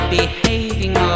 behaving